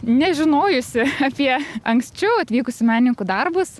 nežinojusi apie anksčiau atvykusių menininkų darbus